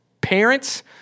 parents